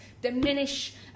diminish